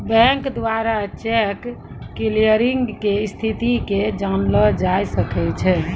bank द्वारा cheque clearing के स्थिति के जानलो जाय सकै छै